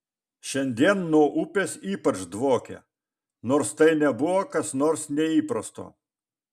šiandien nuo upės ypač dvokė nors tai nebuvo kas nors neįprasto